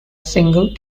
single